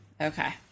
Okay